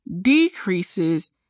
decreases